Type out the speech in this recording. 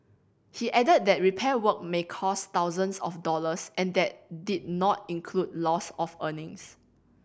he added that repair work may cost thousands of dollars and that did not include loss of earnings